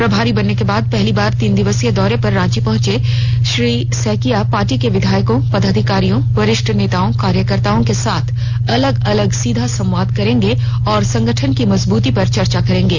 प्रभारी बनने के बाद पहली बार तीन दिवसीय दौरे पर रांची पहुंचे श्री सैकिया पार्टी के विधायकों पदाधिकारियों वरिष्ठ नेताओं कार्यकतर्ताओं के साथ अलग अलग सीधा संवाद करेंगे और संगठन की मजबूती पर चर्चा करेंगे